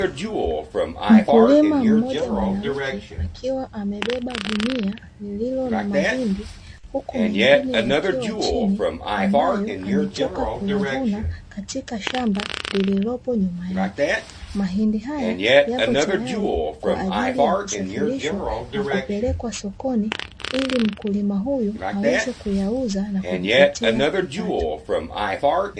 Mkulima mmoja mwanamke akiwa amebeba gunia lililo na mahindi huku mengine yakiwa chini ambayo ametoka kuyavuna katika shamba lililopo nyuma yake. Mahindi haya yapo tayari kwaajili ya kusafirishwa na kupelekwa sokoni ili mkulima huyu aweze kuyauza na kujipatia kipato.